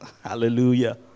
Hallelujah